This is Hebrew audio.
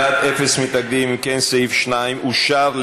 אם כן, סעיף 2 אושר.